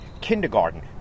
kindergarten